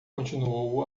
continuou